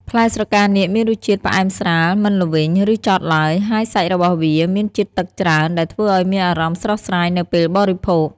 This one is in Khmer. ផ្លែស្រកានាគមានរសជាតិផ្អែមស្រាល មិនល្វីង ឬចត់ឡើយ ហើយសាច់របស់វាមានជាតិទឹកច្រើនដែលធ្វើឱ្យមានអារម្មណ៍ស្រស់ស្រាយនៅពេលបរិភោគ។